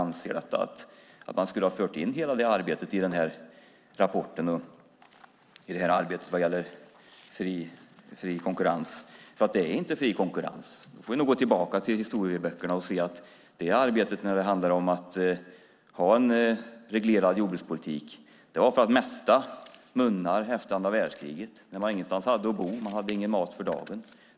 Anser du att man skulle ha fört in hela arbetet vad gäller fri konkurrens i rapporten? Det är inte fråga om fri konkurrens. Vi får gå tillbaka till historieböckerna. Arbetet med en reglerad jordbrukspolitik genomfördes för att mätta munnar efter andra världskriget. Det fanns ingenstans att bo och det fanns ingen mat för dagen.